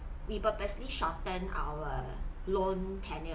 we purposely shorten our loan tenure